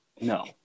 No